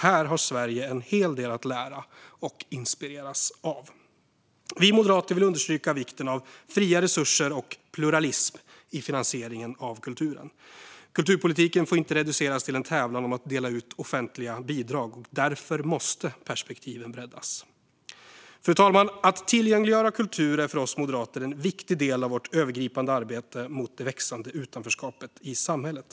Här har Sverige en hel del att lära och inspireras av. Vi moderater vill understryka vikten av fria resurser och pluralism i finansieringen av kulturen. Kulturpolitiken får inte reduceras till en tävlan om att dela ut offentliga bidrag, och därför måste perspektiven breddas. Fru talman! Att tillgängliggöra kultur är för oss moderater en viktig del av vårt övergripande arbete mot det växande utanförskapet i samhället.